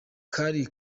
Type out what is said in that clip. kari